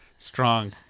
Strong